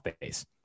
base